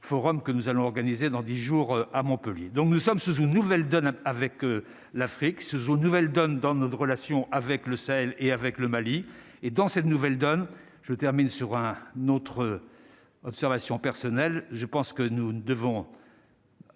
que nous allons organiser dans 10 jours à Montpellier, donc nous sommes sous une nouvelle donne avec l'Afrique se sont une nouvelle donne dans notre relation avec le sel et avec le Mali et dans cette nouvelle donne, je termine sur un notre observation personnelle, je pense que nous ne devons